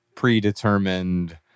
predetermined